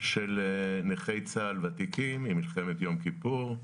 של נכי צה"ל ותיקים ממלחמת יום כיפור,